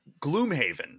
Gloomhaven